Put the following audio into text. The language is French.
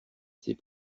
ces